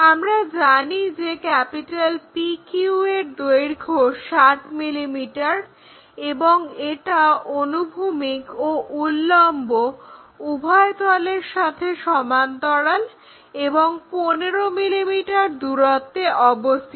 আমরা জানি যে PQ এর দৈর্ঘ্য হলো 60 mm এবং এটা অনুভূমিক ও উল্লম্বউভয় তলের সাথে সমান্তরাল এবং 15 mm দূরত্বে অবস্থিত